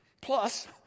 plus